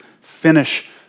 finish